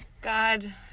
God